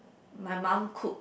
my mom cook